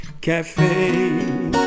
cafe